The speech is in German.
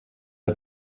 der